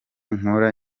nkora